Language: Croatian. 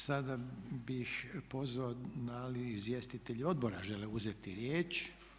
Sada bih pozvao da li izvjestitelji odbora žele uzeti riječ?